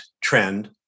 trend